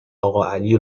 اقاعلی